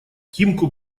тимку